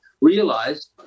realized